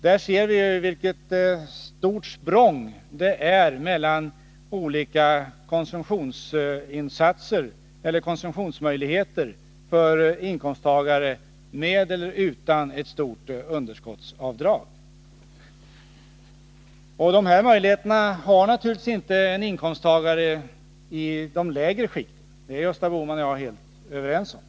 Där ser vi vilket språng det finns mellan olika konsumtionsmöjligheter för inkomsttagare med resp. utan underskottsavdrag. Dessa möjligheter har naturligtvis inte en inkomsttagare i de lägre skikten. Det är Gösta Bohman och jag helt överens om.